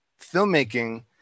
filmmaking